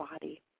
body